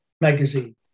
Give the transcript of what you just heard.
magazine